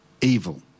evil